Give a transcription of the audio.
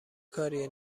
کاریه